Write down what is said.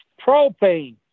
propane